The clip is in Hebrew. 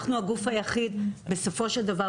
אנחנו הגוף היחיד בסופו של דבר,